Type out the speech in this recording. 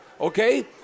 Okay